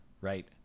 right